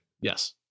yes